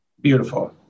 Beautiful